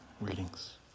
readings